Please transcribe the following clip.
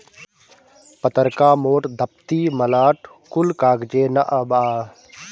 पतर्का, मोट, दफ्ती, मलाट कुल कागजे नअ बाअ